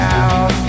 out